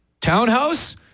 townhouse